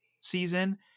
season